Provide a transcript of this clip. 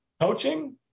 coaching